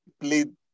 played